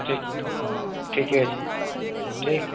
ठीक ठीके छै ठीक